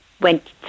went